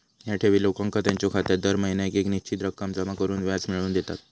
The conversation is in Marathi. ह्या ठेवी लोकांका त्यांच्यो खात्यात दर महिन्याक येक निश्चित रक्कम जमा करून व्याज मिळवून देतत